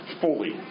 fully